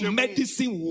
medicine